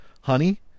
honey